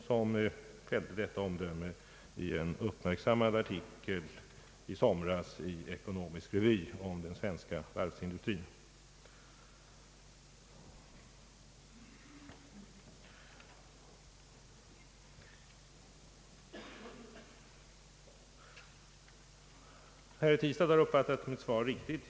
Han fällde detta omdöme i en uppmärksammad artikel i somras i Ekonomisk revy om den svenska varvsindustrin. Herr Tistad har uppfattat mitt svar riktigt.